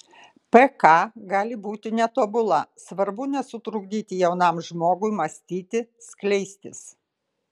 pk gali būti netobula svarbu nesutrukdyti jaunam žmogui mąstyti skleistis